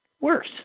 worse